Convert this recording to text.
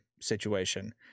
situation